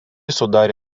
sudarė